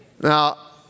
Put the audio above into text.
Now